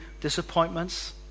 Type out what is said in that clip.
disappointments